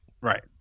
Right